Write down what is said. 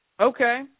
Okay